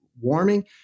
warming